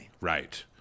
Right